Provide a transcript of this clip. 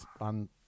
on